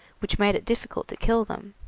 which made it difficult to kill them.